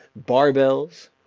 barbells